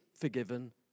forgiven